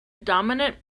dominant